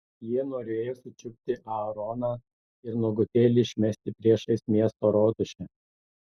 jie norėjo sučiupti aaroną ir nuogutėlį išmesti priešais miesto rotušę